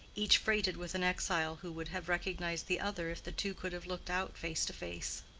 each freighted with an exile who would have recognized the other if the two could have looked out face to face.